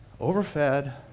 Overfed